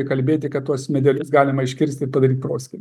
įkalbėti kad tuos medelius galima iškirsti padaryt proskyną